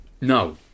no